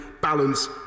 balance